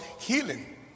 healing